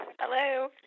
Hello